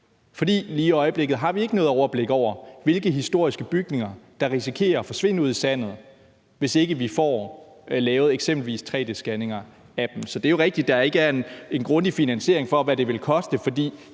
For lige nu har vi ikke noget overblik over, hvilke historiske bygninger der risikerer at forsvinde ud i sandet, hvis ikke vi får lavet eksempelvis tre-d-scanninger af dem. Så det er jo rigtigt, at der ikke grundigt er anvist en finansiering af det, i forhold